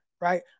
right